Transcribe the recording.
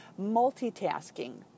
multitasking